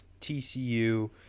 TCU